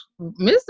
mr